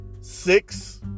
six